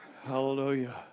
Hallelujah